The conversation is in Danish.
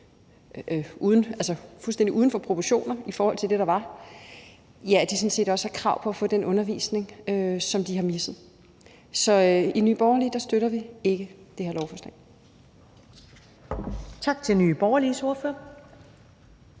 ned – fuldstændig ude af proportioner i forhold til det, der var – sådan set også har krav på at få den undervisning, som de har misset. Så i Nye Borgerlige støtter vi ikke det her lovforslag. Kl. 16:59 Første næstformand